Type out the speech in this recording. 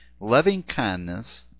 loving-kindness